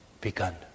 begun